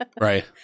right